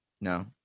No